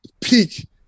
peak